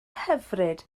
hyfryd